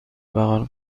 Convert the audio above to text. بغل